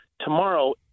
Tomorrow